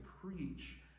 preach